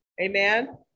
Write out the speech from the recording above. amen